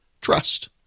Trust